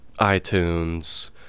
iTunes